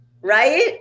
Right